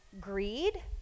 greed